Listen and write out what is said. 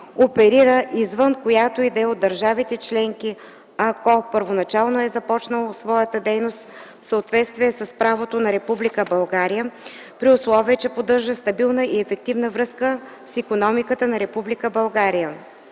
оперира извън която и да е от държавите членки, ако първоначално е започнала своята дейност в съответствие с правото на Република България, при условие че поддържа стабилна и ефективна връзка с икономиката на